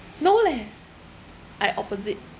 no leh I opposite